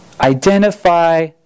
Identify